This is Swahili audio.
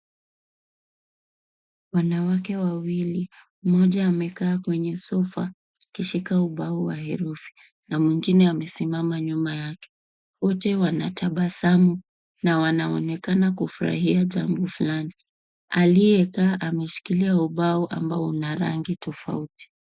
Wanawake wawili moja amekaa kwenye sofa akishika ubao wa herufi na mwingine amesimama nyuma yake. Wote wanatabasamu na wanaonekana kufurahia jambo fulani. Aliyekaa ameshikilia ubao ambao una rangi tofauti.